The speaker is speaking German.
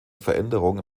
veränderung